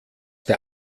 der